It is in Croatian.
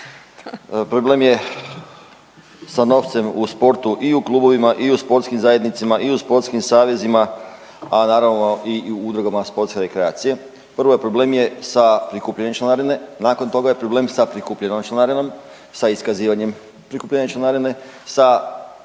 Problem je sa novcem u sportu i u klubovima i u sportskim zajednicama i u sportskim savezima, a naravno i u udrugama sportske rekreacije. Prvo problem je sa prikupljanjem članarine, nakon toga je problem sa prikupljenom članarinom, sa iskazivanjem prikupljene članarine,